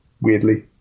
weirdly